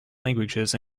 languages